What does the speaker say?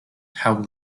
how